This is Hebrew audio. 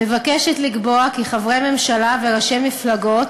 מבקשת לקבוע כי חברי ממשלה וראשי מפלגות